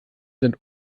sind